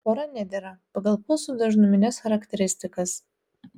pora nedera pagal pulsų dažnumines charakteristikas